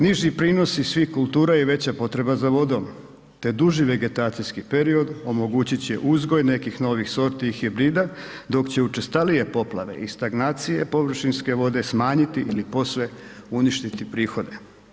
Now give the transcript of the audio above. Niži prinosi svih kultura i veća potreba za vodom, te duži vegetacijski period omogućit će uzgoj nekih novih sorti i hibrida, dok će učestalije poplave i stagnacije površinske vode smanjiti ili posve uništiti prihode.